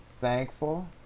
thankful